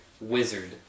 wizard